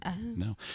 no